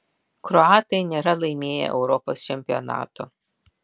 kroatai nėra laimėję europos čempionato